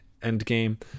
Endgame